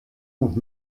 noch